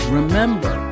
Remember